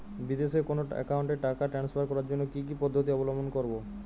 বিদেশের কোনো অ্যাকাউন্টে টাকা ট্রান্সফার করার জন্য কী কী পদ্ধতি অবলম্বন করব?